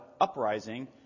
uprising